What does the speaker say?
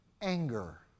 Anger